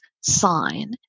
sign